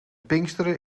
pinksteren